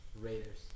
Raiders